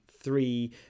three